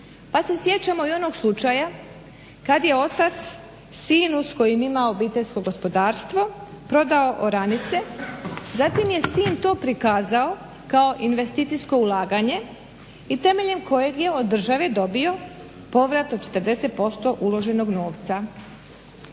pa se sjećamo i onog slučaja kad je otac sinu s kojim ima obiteljsko gospodarstvo prodao oranice, zatim je sin to prikazao kao investicijsko ulaganje i temeljem kojeg je od države dobio povrat od 40% uloženog novca.